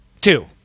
Two